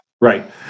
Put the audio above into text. Right